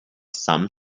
some